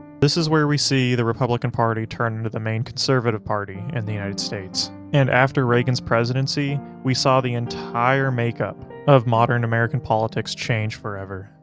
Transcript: this is where we see the republican party turn into the main conservative party in and the united states. and, after reagan's presidency, we saw the entire makeup of modern american politics change forever.